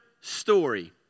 story